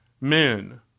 men